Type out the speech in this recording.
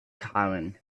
common